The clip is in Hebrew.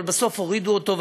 אבל בסוף הורידו אותו,